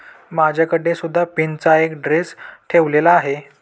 माझ्याकडे सुद्धा पिनाचा एक ड्रेस ठेवलेला आहे